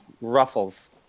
Ruffles